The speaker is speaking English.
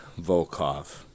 Volkov